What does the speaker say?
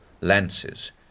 lances